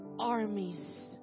armies